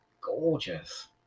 gorgeous